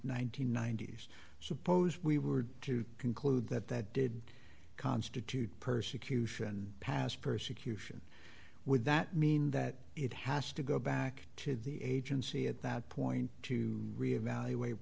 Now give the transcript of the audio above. and ninety s suppose we were to conclude that that did constitute persecution past persecution would that mean that it has to go back to the agency at that point to re evaluate